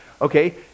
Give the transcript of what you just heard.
okay